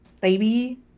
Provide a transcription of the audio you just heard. baby